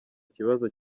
kibazo